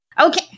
Okay